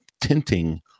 tinting